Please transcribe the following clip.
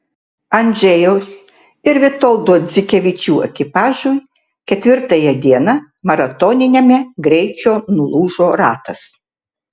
andžejaus ir vitoldo dzikevičių ekipažui ketvirtąją dieną maratoniniame greičio nulūžo ratas